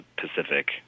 Pacific